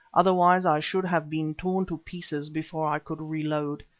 otherwise i should have been torn to pieces before i could re-load.